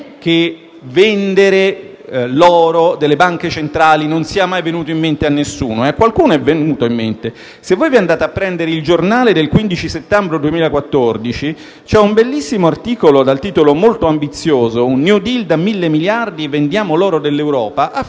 vendere l'oro delle banche centrali non sia mai venuto in mente a nessuno. A qualcuno è venuto in mente. Se andate a prendere «il Giornale» del 15 settembre 2014, c'è un bellissimo articolo, dal titolo molto ambizioso: «New deal da mille miliardi: vendiamo l'oro dell'Europa», a firma